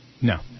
No